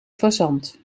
fazant